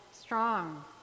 strong